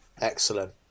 excellent